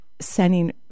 sending